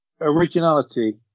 Originality